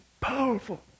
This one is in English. powerful